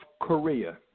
Korea